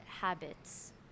habits